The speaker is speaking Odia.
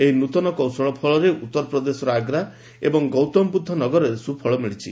ଏହି ନୂତନ କୌଶଳ ଫଳରେ ଉତ୍ତରପ୍ରଦେଶର ଆଗ୍ରା ଏବଂ ଗୌତମବୁଦ୍ଧନଗରରେ ସୁଫଳ ମିଳିଛି